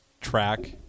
track